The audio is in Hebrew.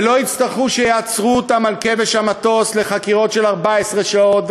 ולא יצטרכו שיעצרו אותם על כבש המטוס לחקירות של 14 שעות,